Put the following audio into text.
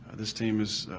this team has